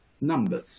numbers